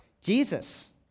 Jesus